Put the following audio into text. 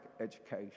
education